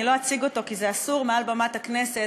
אני לא אציג אותו מעל בימת הכנסת,